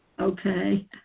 okay